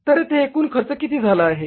तर येथे एकूण खर्च किती झाला आहे